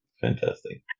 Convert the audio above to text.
Fantastic